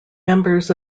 members